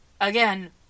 Again